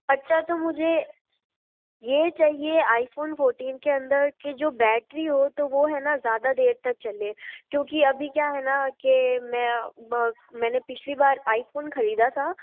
अच्छा तो मुझे ये चाहिए आइफोन फोर्टीन के अंदर के जो बैटरी हो तो वो है ना ज़्यादा देर तक चले क्योंकि अभी क्या है ना के मैं मैंने पिछली बार आईफोन खरीदा था